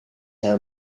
her